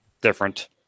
different